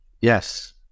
yes